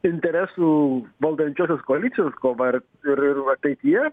interesų valdančiosios koalicijos kova ir ir ir ateityje